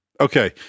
Okay